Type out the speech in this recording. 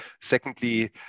secondly